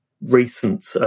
recent